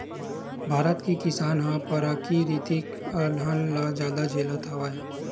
भारत के किसान ह पराकिरितिक अलहन ल जादा झेलत हवय